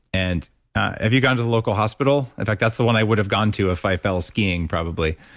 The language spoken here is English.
and have you gone to the local hospital? in fact, that's the one i would have gone to if i fell skiing probably.